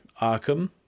Arkham